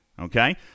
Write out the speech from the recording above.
Okay